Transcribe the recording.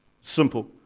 Simple